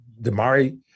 Damari